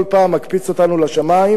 כל פעם מקפיץ אותנו לשמים,